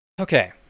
Okay